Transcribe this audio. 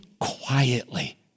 quietly